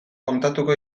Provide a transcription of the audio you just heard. kontatuko